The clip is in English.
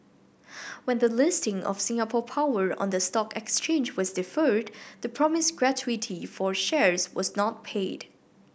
when the listing of Singapore Power on the stock exchange was deferred the promised gratuity for shares was not paid